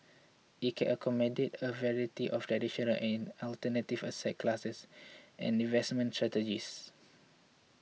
it can accommodate a variety of traditional and alternative asset classes and investment strategies